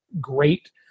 great